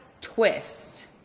twist